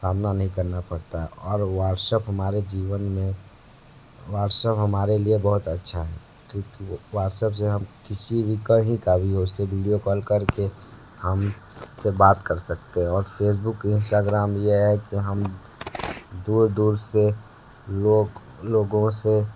सामना नहीं करना पड़ता है और व्हाट्सएप हमारे जीवन में व्हाट्सएप हमारे लिए बहुत अच्छा है क्योंकि व्हाट्सएप से हम किसी भी कहीं का भी उसे विडियो कॉल करके हम उससे बात कर सकते हैं और फेसबुक इंस्टाग्राम यह है कि हम दूर दूर से लोग लोगों से